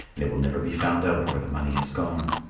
and it will never be found out where the money has gone.